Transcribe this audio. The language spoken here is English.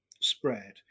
spread